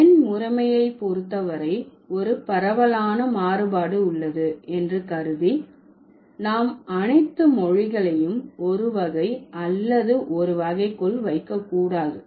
எண் முறைமையை பொறுத்தவரை ஒரு பரவலான மாறுபாடு உள்ளது என்று கருதி நாம் அனைத்து மொழிகளையும் ஒரு வகை அல்லது ஒரு வகைக்குள் வைக்கக்கூடாது